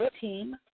team